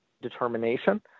determination